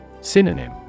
Synonym